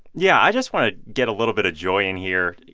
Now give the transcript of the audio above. yeah, i just want to get a little bit of joy in here.